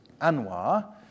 Anwar